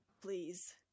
please